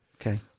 Okay